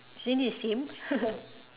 isn't the same